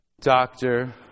doctor